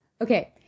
okay